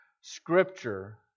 Scripture